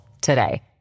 today